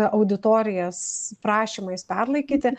auditorijas prašymais perlaikyti